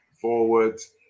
forwards